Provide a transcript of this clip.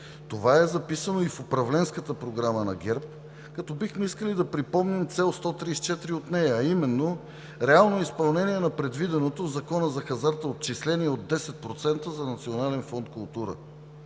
това е записано и в Управленската програма на ГЕРБ, като бихме искали да припомним цел 134 от нея, а именно реално изпълнение на предвиденото в Закона за хазарта отчисление от 10% за